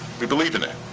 we believe in it.